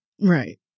right